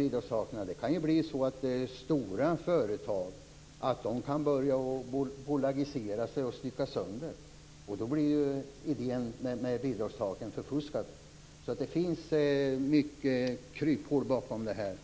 Bidragstaken kan också leda till att stora företag börjar dela upp sig i mindre bolag, och då blir idén med bidragstak förfuskad. Det finns alltså kryphål i detta sammanhang.